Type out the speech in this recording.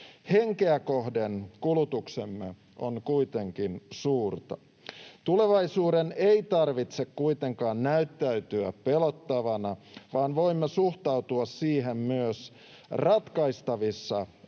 Henkeä kohden kulutuksemme on kuitenkin suurta. Tulevaisuuden ei tarvitse kuitenkaan näyttäytyä pelottavana, vaan voimme suhtautua siihen myös ratkaistavissa olevana